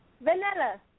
Vanilla